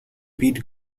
beet